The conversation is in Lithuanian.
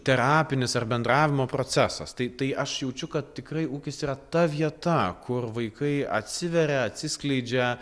terapinis ar bendravimo procesas tai tai aš jaučiu kad tikrai ūkis yra ta vieta kur vaikai atsiveria atsiskleidžia